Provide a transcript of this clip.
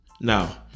Now